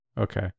okay